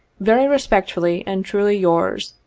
very respectfully and truly yours.